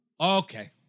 Okay